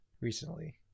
recently